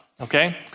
okay